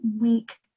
week